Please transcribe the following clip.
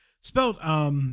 spelt